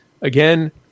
again